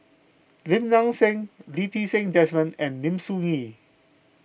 Lim Nang Seng Lee Ti Seng Desmond and Lim Soo Ngee